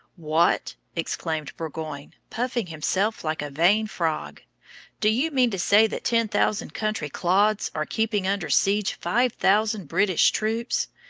what! exclaimed burgoyne puffing himself like a vain frog do you mean to say that ten thousand country clods are keeping under seige five thousand british troops?